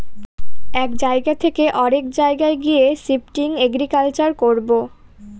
এক জায়গা থকে অরেক জায়গায় গিয়ে শিফটিং এগ্রিকালচার করবো